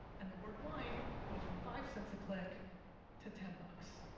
and the word wine goes from five cents a click to ten bucks.